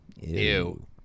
Ew